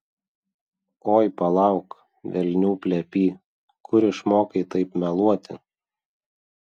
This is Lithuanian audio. oi palauk velnių plepy kur išmokai taip meluoti